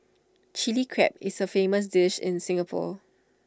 Chilli Crab is A famous dish in Singapore